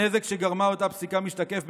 הנזק שגרמה אותה פסיקה משתקף,